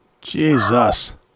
Jesus